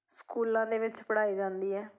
ਸਕੂਲਾਂ ਦੇ ਵਿੱਚ ਪੜ੍ਹਾਈ ਜਾਂਦੀ ਹੈ